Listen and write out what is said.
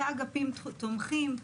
ואגפים תומכים,